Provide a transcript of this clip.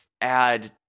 add